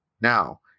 now